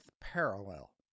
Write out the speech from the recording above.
parallel